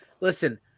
listen